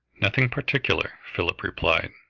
nothing particular, philip replied,